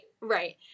right